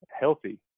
healthy